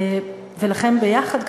ולכם ביחד,